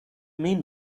mean